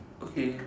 okay